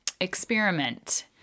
experiment